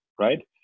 right